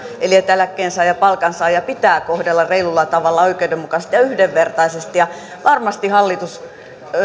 eli eläkkeensaajia ja palkansaajia pitää kohdella reilulla tavalla oikeudenmukaisesti ja yhdenvertaisesti ja varmasti hallitus